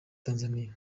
tanzania